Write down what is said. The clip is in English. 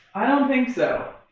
i don't think so.